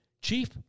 chief